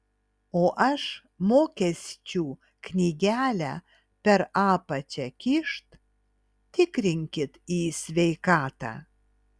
o aš mokesčių knygelę per apačią kyšt tikrinkit į sveikatą